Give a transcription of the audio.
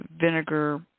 vinegar